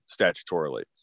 statutorily